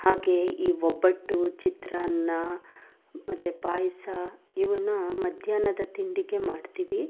ಹಾಗೆ ಈ ಒಬ್ಬಟ್ಟು ಚಿತ್ರಾನ್ನ ಮತ್ತು ಪಾಯಸ ಇವುನ್ನ ಮಧ್ಯಾಹ್ನದ ತಿಂಡಿಗೆ ಮಾಡ್ತೀವಿ